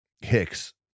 Hicks